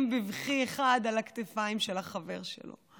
בבכי אחד על הכתפיים של החבר שלו.